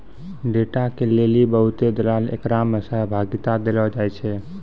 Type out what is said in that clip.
data के लेली बहुते दलाल एकरा मे सहभागिता देलो जाय छै